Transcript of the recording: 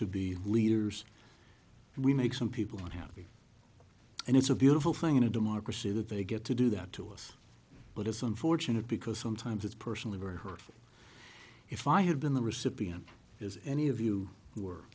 to be leaders and we make some people want to have it and it's a beautiful thing in a democracy that they get to do that to us but it's unfortunate because sometimes it's personally very hurtful if i had been the recipient as any of you w